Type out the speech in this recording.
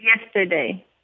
yesterday